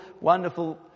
wonderful